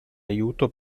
aiuto